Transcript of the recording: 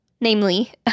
namely